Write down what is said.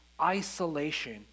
isolation